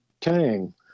tang